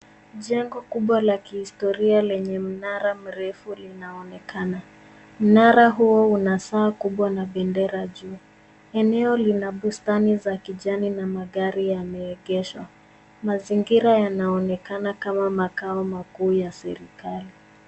Jengo kubwa la kihistoria lenye mnara mrefu linaonekana. Mnara huo una saa kubwa na bendera juu. Eneo lina bustani za kijani na magari yameegeshwa. Mazingira yanaonekana kama makao makuu ya serekali.